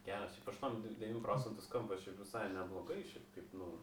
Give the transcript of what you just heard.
geras šiaip aštuom devym procentų skamba šiaip visai neblogai šiaip kaip nu